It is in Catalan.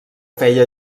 feia